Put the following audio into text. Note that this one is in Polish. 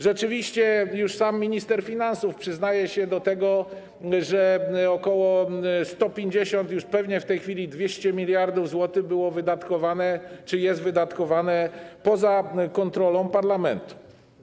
Rzeczywiście już sam minister finansów przyznaje się do tego, że ok. 150 mld -pewnie w tej chwili już 200 mld zł - było wydatkowane czy jest wydatkowane poza kontrolą parlamentu.